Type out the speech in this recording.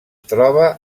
troba